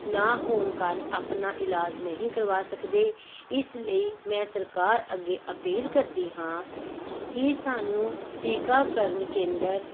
ਨਾ ਹੋਣ ਕਾਰਨ ਆਪਣਾ ਇਲਾਜ ਨਹੀਂ ਕਰਵਾ ਸਕਦੇ ਇਸ ਲਈ ਮੈਂ ਸਰਕਾਰ ਅੱਗੇ ਅਪੀਲ ਕਰਦੀ ਹਾਂ ਕਿ ਸਾਨੂੰ ਟੀਕਾਕਰਨ ਕੇਂਦਰ